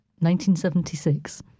1976